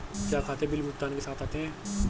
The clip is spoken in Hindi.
क्या खाते बिल भुगतान के साथ आते हैं?